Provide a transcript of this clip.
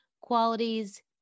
qualities